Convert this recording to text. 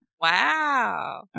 Wow